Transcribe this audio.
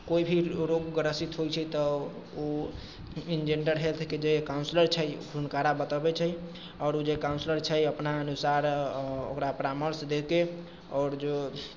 केओ भी रोग ग्रसित होइत छै तऽ ओ ई ने जनरल हेल्थके जे काउन्सलर छै हुनकरा बतऽबै छै आओर ओ जे काउन्सलर छै अपना अनुसार ओकरा परामर्श देके आओर जो